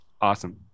Awesome